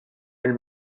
elle